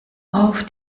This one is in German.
auf